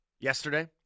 yesterday